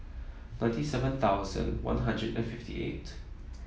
ninety seven thousand One Hundred and fifty eight